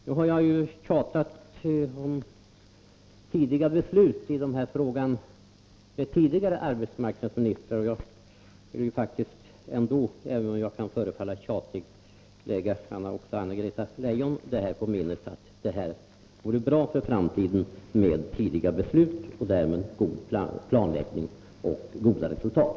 Nu har jag tjatat om tidiga beslut beträffande den här frågan med tidigare arbetsmarknadsministrar, men jag vill ändå, även om jag kan förefalla tjatig, be Anna-Greta Leijon lägga på minnet att det vore bra för framtiden med tidiga beslut och därmed god planläggning och goda resultat.